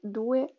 due